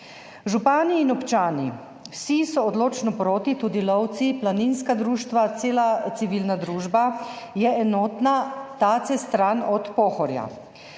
Župani in občani, vsi so odločno proti, tudi lovci, planinska društva, cela civilna družba je enotna: tace stran od Pohorja.